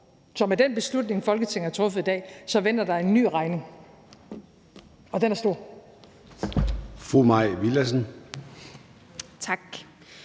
Så med den beslutning, Folketinget har truffet i dag, venter der en ny regning. Og den er stor.